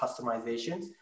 customizations